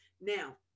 Now